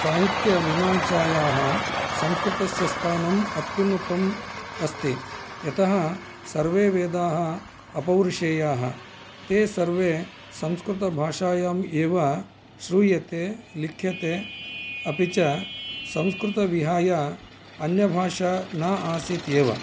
साहित्यमीमांसायाः संस्कृतस्य स्थानम् अत्युन्नतम् अस्ति यतः सर्वे वेदाः अपौरुषेयाः ते सर्वे संस्कृतभाषायाम् एव श्रूयते लिख्यते अपि च संस्कृतं विहाय अन्यभाषा न आसीत् एव